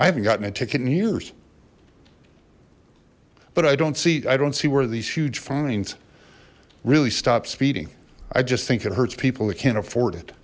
i haven't gotten a ticket in years but i don't see i don't see where these huge fines really stop speeding i just think it hurts people that can't afford it